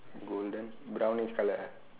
golden brownish colour ah